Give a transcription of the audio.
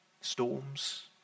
Storms